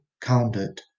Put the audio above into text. counted